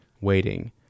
waiting